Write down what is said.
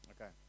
okay